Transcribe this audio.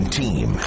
team